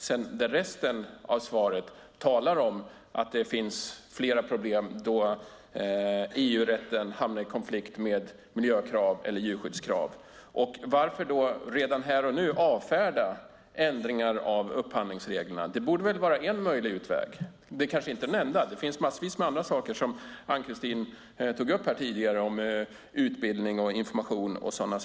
Men det övriga i svaret säger att det finns flera problem när EU-rätten hamnar i konflikt med miljökrav eller djurskyddskrav. Varför då redan här och nu avfärda ändringar av upphandlingsreglerna? Det borde väl vara en möjlig utväg, fast det kanske inte är det ena. Det finns massvis med annat, som Ann-Kristine tog upp tidigare om utbildning, information och sådant.